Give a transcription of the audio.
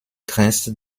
grenzt